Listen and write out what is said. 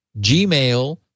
Gmail